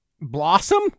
Blossom